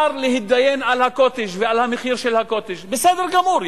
להתדיין על ה"קוטג'" ועל מחיר ה"קוטג'" בסדר גמור,